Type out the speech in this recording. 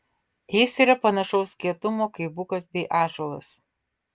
jis yra panašaus kietumo kaip ir bukas bei ąžuolas